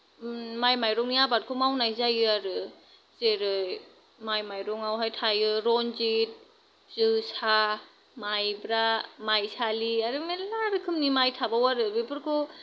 माइ माइरंनि आबादखौ मावनाय जायो आरो जेरै माइ माइरंआवहाय थायो रन्जित जोसा माइब्रा मायसालि आरो मेल्ला रोखोमनि माइ थाबावो आरो बेफोरखौ